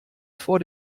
vor